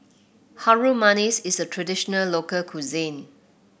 Harum Manis is a traditional local cuisine